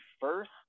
first